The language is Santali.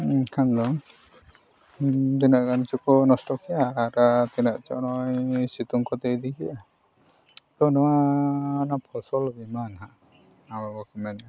ᱮᱱᱠᱷᱟᱱ ᱫᱚ ᱛᱤᱱᱟᱹᱜ ᱜᱟᱱ ᱪᱚᱠᱚ ᱱᱚᱥᱴᱚ ᱠᱮᱫᱼᱟ ᱟᱨ ᱛᱤᱱᱟᱹᱜ ᱪᱚ ᱱᱚᱜᱼᱚᱭ ᱥᱤᱛᱩᱝ ᱠᱚᱛᱮᱭ ᱤᱫᱤ ᱠᱮᱫᱼᱟᱭ ᱛᱳ ᱱᱚᱣᱟ ᱯᱷᱚᱥᱚᱞ ᱵᱤᱢᱟ ᱱᱟᱦᱟᱜ ᱢᱮᱱᱟ